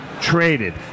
traded